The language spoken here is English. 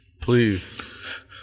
Please